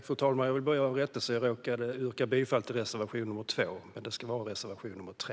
Fru talman! Jag vill göra en rättelse. Jag råkade yrka bifall till reservation 2, men det ska vara reservation 3.